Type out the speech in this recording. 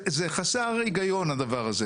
זה חוזר על עצמו כל הזמן הנושא הזה.